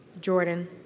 Jordan